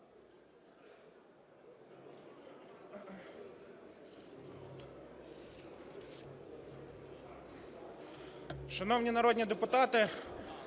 Шановні народні депутати,